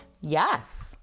Yes